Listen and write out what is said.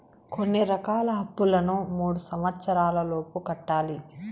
కొన్ని రకాల అప్పులను మూడు సంవచ్చరాల లోపు కట్టాలి